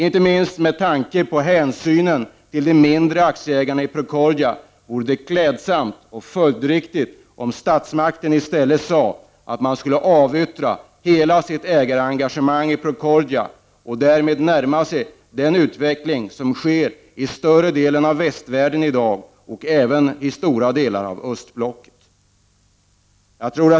Inte minst med hänsyn till de mindre aktieägarna i Procordia vore det klädsamt om statsmakten i stället avyttrade hela sitt ägarengagemang i Procordia och därmed närmade sig den utveckling som i dag sker i större delen av västvärlden och även i stora delar av östblocket.